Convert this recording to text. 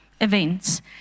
events